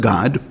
God